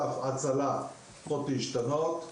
ההצלה צריכות להשתנות,